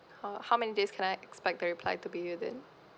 uh how many days can I expect the reply to be within